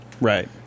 Right